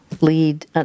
lead